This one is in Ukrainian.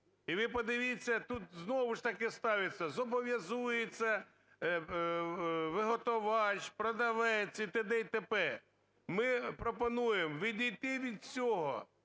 І ви подивіться, тут знову ж таки ставиться: зобов'язується виготовлювач, продавець і т.д і т.п. Ми пропонуємо відійти від цього